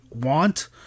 want